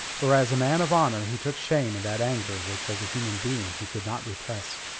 for as a man of honour he took shame in that anger which as a human being he could not repress.